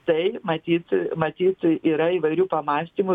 tai matyt matyt tai yra įvairių pamąstymų